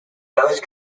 those